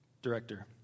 Director